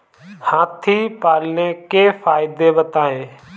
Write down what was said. हाथी पालने के फायदे बताए?